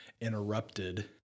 interrupted